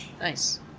nice